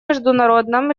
международном